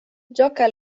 gioca